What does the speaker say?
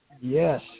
Yes